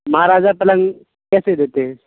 مہاراجہ پلنگ کیسے دیتے ہیں